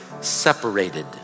separated